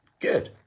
good